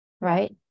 right